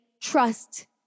trust